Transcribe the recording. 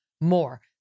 more